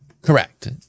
Correct